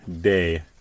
day